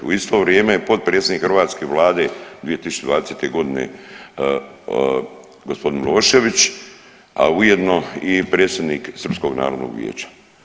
U isto vrijeme je potpredsjednik hrvatske vlade 2020. godine gospodin Milošević, a ujedno i predsjednik Srpskog narodnog vijeća.